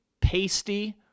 pasty